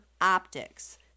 optics